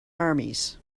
armies